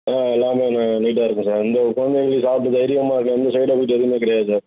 ஆ எல்லாமே நீ நீட்டாக இருக்கும் சார் இந்த குழந்தைகள் சாப்பிட்டு தைரியமாக அதில் எந்த சைடு எஃபக்ட்டு எதுவுமே கிடையாது சார்